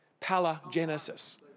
Palagenesis